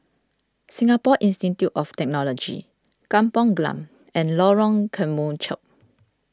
Singapore Institute of Technology Kampong Glam and Lorong Kemunchup